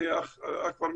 אצלנו כאן,